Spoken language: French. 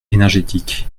énergétique